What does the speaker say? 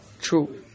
True